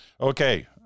Okay